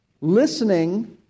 listening